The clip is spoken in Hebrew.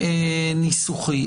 עניין ניסוחי.